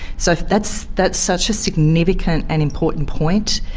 so that's that's such a significant and important point,